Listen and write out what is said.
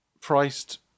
priced